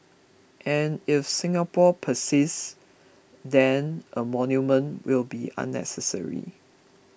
and if Singapore persists then a monument will be unnecessary